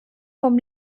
vom